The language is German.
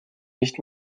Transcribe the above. nicht